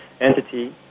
entity